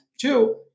Two